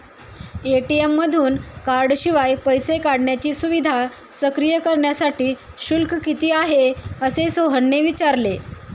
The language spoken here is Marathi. ए.टी.एम मधून कार्डशिवाय पैसे काढण्याची सुविधा सक्रिय करण्यासाठी शुल्क किती आहे, असे सोहनने विचारले